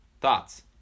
Thoughts